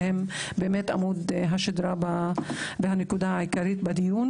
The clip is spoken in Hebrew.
שהם באמת עמוד השדרה והנקודה העיקרית בדיון,